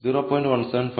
0